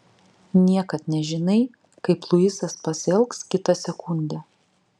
niekad nežinai kaip luisas pasielgs kitą sekundę